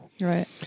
Right